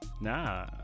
Nah